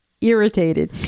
irritated